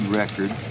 record